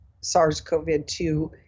SARS-CoV-2